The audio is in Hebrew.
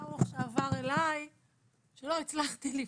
שעבר אלי שלא הצלחתי לפתור.